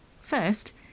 First